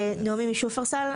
נעמי משופרסל.